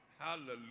Hallelujah